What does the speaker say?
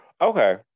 Okay